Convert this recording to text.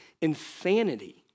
insanity